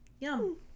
Yum